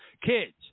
Kids